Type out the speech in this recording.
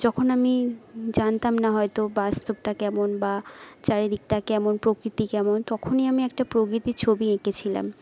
যখন আমি জানতাম না হয়তো বাস্তবটা কেমন বা চারিদিকটা কেমন প্রকৃতি কেমন তখনই আমি একটা প্রকৃতির ছবি এঁকেছিলাম